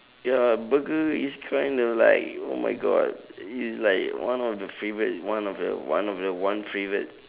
ya burger is kinda like oh my god it's like one of the favourite one of the one of the one favourite